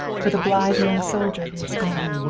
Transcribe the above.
for the blithe young soldier who was gone.